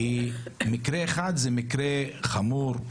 כי מקרה אחד, זה מקרה חמור,